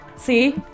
See